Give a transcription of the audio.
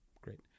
great